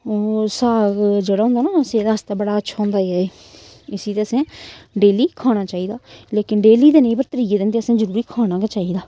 ओह् साग जेह्ड़ा होंदा ना सेह्त आस्तै बड़ा अच्छा होंदा ऐ एह् इस्सी ते असें डेली खाना चाहिदा लेकिन डेली ते निं पर त्रियै दिन ते असें जरूरी खाना गै चाहिदा